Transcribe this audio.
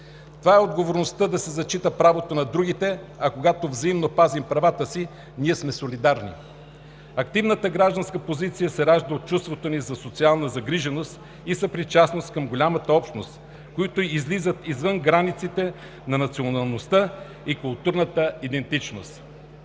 – отговорността да се зачита правото на другите, а когато взаимно пазим правата си, ние сме солидарни. Активната гражданска позиция се ражда от чувството ни за социална загриженост и съпричастност към голямата общност, които излизат извън границите на националността и културната идентичност.